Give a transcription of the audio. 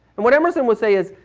and what emerson will say is,